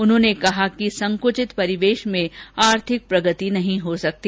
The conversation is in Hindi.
उन्होंने कहा कि संकुचित परिवेश में आर्थिक प्रगति नहीं हो सकती